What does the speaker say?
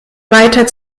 weiter